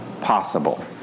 possible